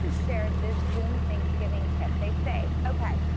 shared this zoom thanksgiving tip. they say, okay,